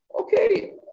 okay